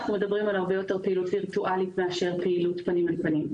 אנחנו מדברים על הרבה יותר פעילות וירטואלית מאשר פעילות פנים אל פנים.